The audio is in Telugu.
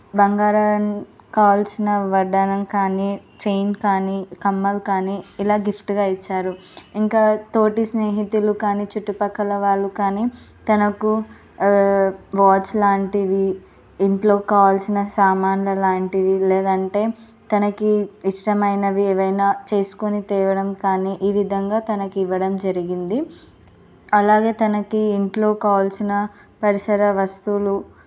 బంగారాన్ని కావాల్సిన వడ్డానం కానీ చైన్ కానీ కమ్మలు కానీ ఇలా గిఫ్ట్గా ఇచ్చారు ఇంకా తోటి స్నేహితులు కానీ చుట్టుపక్కల వాళ్ళు కానీ తనకు వాచ్ లాంటివి ఇంట్లో కావాల్సిన సామాన్ల లాంటివి లేదంటే తనకి ఇష్టమైనవి ఏవైనా చేసుకొని తేవడం కానీ ఈ విధంగా తనకు ఇవ్వడం జరిగింది అలాగే తనకి ఇంట్లో కావాల్సిన పరిసర వస్తువులు